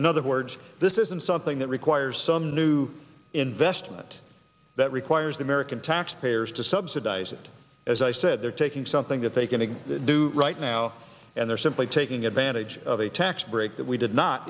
in other words this isn't something that requires some new investment that requires american taxpayers to subsidize it as i said they're taking something that they can to do right now and they're simply taking advantage of a tax break that we did not